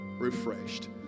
refreshed